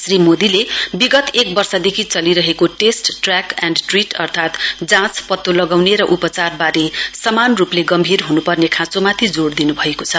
श्री मोदी विगत एक वर्षदेखि चलिरहेको टेस्ट ट्रेक एन हिट अर्थात जाँच पत्तो लगाउने र उपचारवारे समान रुपले गम्भीर हन्पर्ने खाँचोमाथि जोड दिन्भएको छ